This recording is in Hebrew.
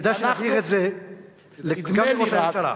כדאי שתזכיר את זה גם לראש הממשלה.